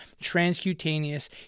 transcutaneous